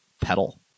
pedal